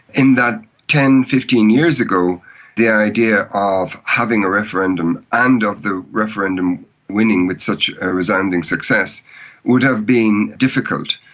in that ten, fifteen years ago the idea of having a referendum and of the referendum winning with such a resounding success would have been difficult.